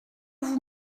vous